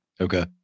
Okay